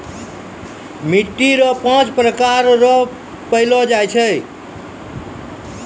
मिट्टी रो पाँच प्रकार रो पैलो जाय छै